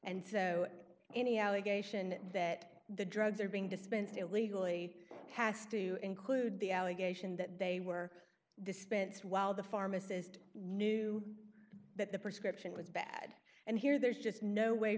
and any allegation that the drugs are being dispensed illegally has to include the allegation that they were dispensed while the pharmacist knew that the prescription was bad and here there's just no way